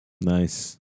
nice